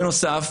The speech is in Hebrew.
בנוסף,